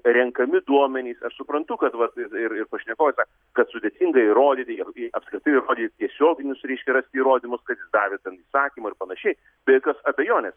renkami duomenys aš suprantu kad va ir ir ir pašnekovas sa kad sudėtinga įrodyti apskritai įrodyt tiesioginius reiškia rasti įrodymus kad davė ten įsakymą ir panašiai be jokios abejonės